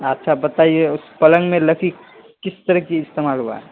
اچھا بتائیے اس پلنگ میں لکڑی کس طرح کی استعمال ہوا ہے